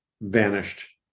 vanished